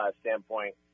standpoint